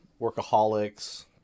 Workaholics